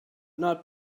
not